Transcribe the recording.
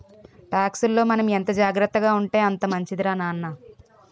టాక్సుల్లో మనం ఎంత జాగ్రత్తగా ఉంటే అంత మంచిదిరా నాన్న